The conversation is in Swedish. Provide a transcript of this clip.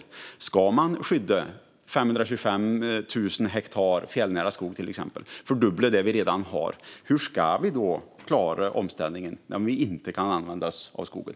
Man vill till exempel skydda 525 000 hektar fjällnära skog och fördubbla det som redan är skyddat. Hur ska vi klara omställningen om vi inte kan använda oss av skogen?